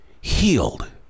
healed